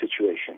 situation